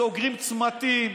סוגרים צמתים,